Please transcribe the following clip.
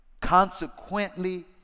Consequently